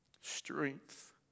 strength